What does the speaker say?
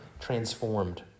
transformed